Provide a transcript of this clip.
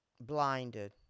Blinded